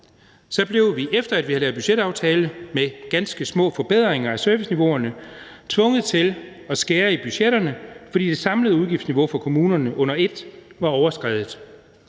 blev vi, efter at vi havde lavet budgetaftale med ganske små forbedringer af serviceniveauerne, tvunget til at skære i budgetterne, fordi det samlede udgiftsniveau for kommunerne under et var overskredet.